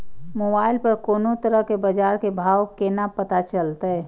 Mobile पर कोनो तरह के बाजार के भाव केना पता चलते?